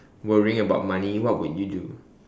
worrying about money what would you do